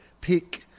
pick